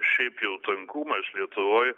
šiaip jau tankumas lietuvoj